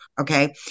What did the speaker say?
okay